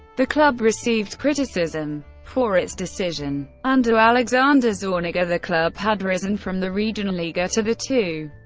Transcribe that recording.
the club received criticism for its decision. under alexander zorniger, the club had risen from the regionalliga to the two.